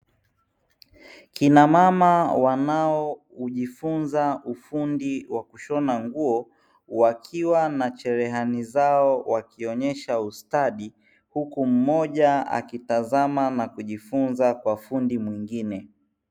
Akina mama wanaojifunza ufundi wa kushona nguo wakiwa na cherehani zao wakionyesha ustadi, huku mmoja akitazama na kujifunza kwa fundi mwingine.